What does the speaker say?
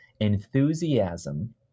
Enthusiasm